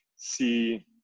see